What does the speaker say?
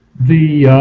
the